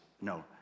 no